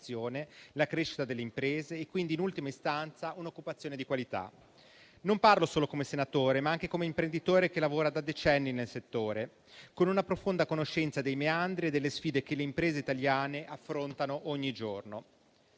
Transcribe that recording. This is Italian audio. la crescita delle imprese e quindi, in ultima istanza, un'occupazione di qualità. Parlo non solo come senatore, ma anche come imprenditore che lavora da decenni nel settore, con una profonda conoscenza dei meandri e delle sfide che le imprese italiane affrontano ogni giorno.